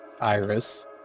iris